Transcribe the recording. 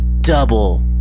Double